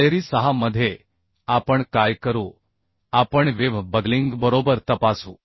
पायरी 6 मध्ये आपण काय करू आपण वेव्ह बकलिंग बरोबर तपासू